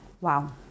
Wow